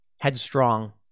headstrong